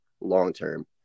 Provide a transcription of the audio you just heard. long-term